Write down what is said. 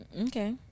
okay